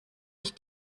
ich